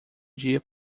dia